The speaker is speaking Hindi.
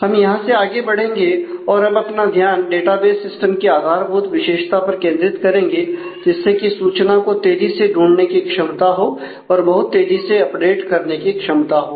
हम यहां से आगे बढ़ेंगे और अब अपना ध्यान डेटाबेस सिस्टम की आधारभूत विशेषता पर केंद्रित करेंगे जिससे की सूचना को तेजी से ढूंढने की क्षमता हो और बहुत तेजी से अपडेट करने की क्षमता हो